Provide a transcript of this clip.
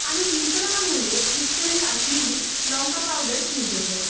আমি তিনশো টাকা মূল্যের ইস্টার্ন কাশ্মীরি লঙ্কা পাউডার কিনতে চাই